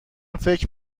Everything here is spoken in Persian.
فکر